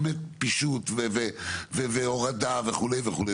על פישוט והורדה וכו'.